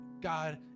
God